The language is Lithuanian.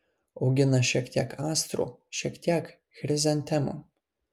augina šiek tiek astrų šiek tiek chrizantemų